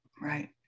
right